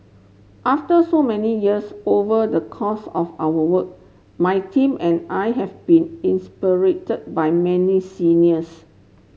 after so many years over the course of our work my team and I have been by many seniors